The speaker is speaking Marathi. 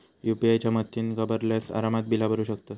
यू.पी.आय च्या मदतीन घरबसल्या आरामात बिला भरू शकतंस